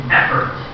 effort